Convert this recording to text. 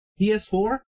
PS4